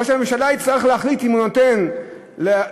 ראש הממשלה יצטרך להחליט אם הוא נותן לדנוניזם,